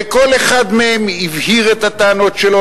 וכל אחד מהם הבהיר את הטענות שלו,